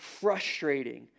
frustrating